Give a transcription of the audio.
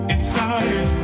Inside